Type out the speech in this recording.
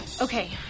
Okay